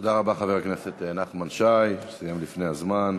תודה רבה, חבר הכנסת נחמן שי, שסיים לפני הזמן.